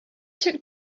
took